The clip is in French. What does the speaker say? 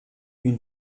une